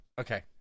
Okay